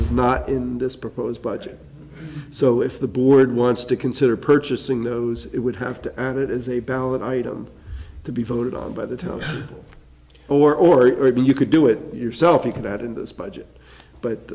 is not in this proposed budget so if the board wants to consider purchasing those it would have to add it as a ballot item to be voted on by the top or or it may be you could do it yourself you could add in this budget but